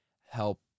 help